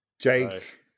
Jake